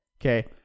okay